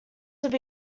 would